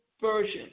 version